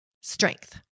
strength